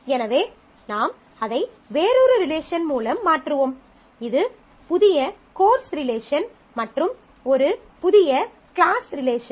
எனவே நாம் அதை வேறொரு ரிலேஷன் மூலம் மாற்றுவோம் இது புதிய கோர்ஸ் ரிலேஷன் மற்றும் ஒரு புதிய கிளாஸ் ரிலேஷன்